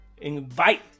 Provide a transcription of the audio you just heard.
invite